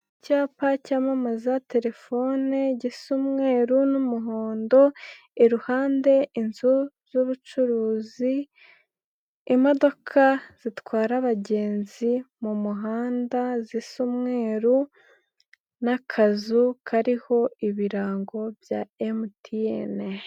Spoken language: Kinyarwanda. Icyapa cyamamaza telefone gisa umweru n'umuhondo, iruhande inzu z'ubucuruzi, imodoka zitwara abagenzi mu muhanda zisa mweruru n'akazu kariho ibirango bya MTN.